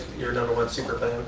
your number one superfan.